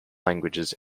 languages